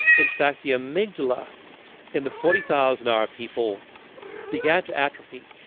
in fact, the amygdala in the forty thousand hour people began to atrophy.